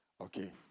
Okay